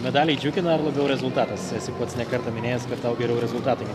medaliai džiugina ar labiau rezultatas esi pats ne kartą minėjęs kad tau geriau rezultatai